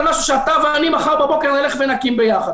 משהו שאתה ואני מחר בבוקר נלך ונקים ביחד.